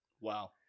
Wow